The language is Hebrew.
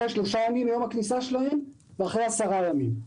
שלושה ימים אחרי יום הכניסה שלהם ואחרי עשרה ימים.